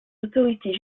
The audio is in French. autorités